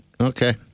Okay